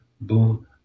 boom